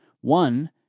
One